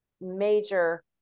major